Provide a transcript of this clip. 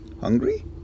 hungry